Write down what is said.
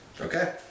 Okay